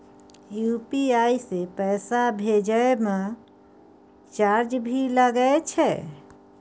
UPI से पैसा भेजै म चार्ज भी लागे छै?